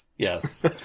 Yes